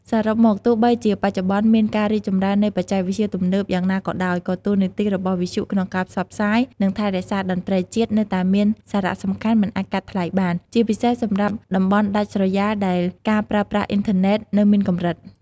សរុបមក ទោះបីជាបច្ចុប្បន្នមានការរីកចម្រើននៃបច្ចេកវិទ្យាទំនើបយ៉ាងណាក៏ដោយ ក៏តួនាទីរបស់វិទ្យុក្នុងការផ្សព្វផ្សាយ និងថែរក្សាតន្ត្រីជាតិនៅតែមានសារៈសំខាន់មិនអាចកាត់ថ្លៃបាន ជាពិសេសសម្រាប់តំបន់ដាច់ស្រយាលដែលការប្រើប្រាស់អុីនធឺណេតនៅមានកម្រិត។